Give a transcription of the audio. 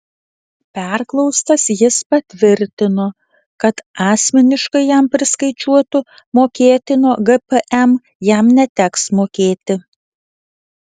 perklaustas jis patvirtino kad asmeniškai jam priskaičiuotų mokėtino gpm jam neteks mokėti